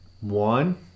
one